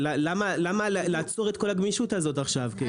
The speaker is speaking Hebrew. למה לעצור את כל הגמישות הזאת עכשיו כאילו?